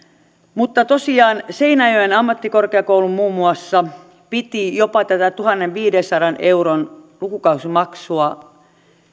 mutta tosiaan seinäjoen ammattikorkeakoulu muun muassa piti jopa tätä tuhannenviidensadan euron lukukausimaksua